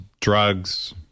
drugs